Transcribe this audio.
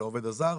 הזר,